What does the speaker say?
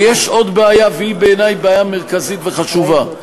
ויש עוד בעיה, והיא בעיני בעיה מרכזית וחשובה: